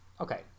Okay